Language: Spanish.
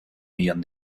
millón